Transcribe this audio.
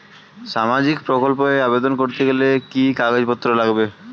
সামাজিক প্রকল্প এ আবেদন করতে গেলে কি কাগজ পত্র লাগবে?